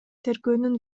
тергөөнүн